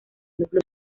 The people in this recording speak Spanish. núcleo